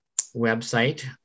website